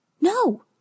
No